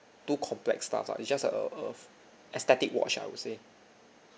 too complex stuff lah it's just a a aesthetic watch lah I would say